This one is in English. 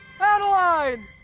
Adeline